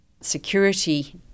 Security